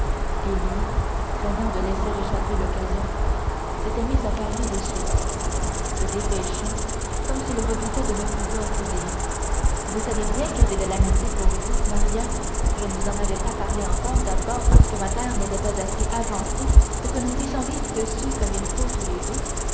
et lui craignant de laisser échapper l'occasion s'était mis à parler de suite se dépêchant comme s'il redoutait de ne pouvoir tout dire vous savez bien que j'ai de l'amitié pour vous maria je ne vous en avais pas parlé encore d'abord parce que ma terre n'était pas assez avancée pour que nous puissions vivre dessus comme il faut tous les deux